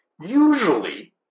Usually